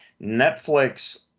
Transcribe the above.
Netflix